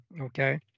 okay